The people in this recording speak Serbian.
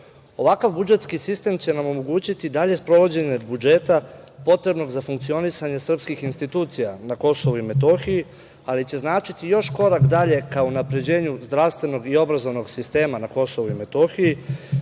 KiM.Ovakav budžetski sistem će nam omogućiti dalje sprovođenje budžeta potrebnog za funkcionisanje srpskih institucija na Kosovu i Metohiji, ali će značiti još korak dalje ka unapređenju zdravstvenog i obrazovnog sistema na KiM,